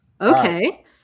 Okay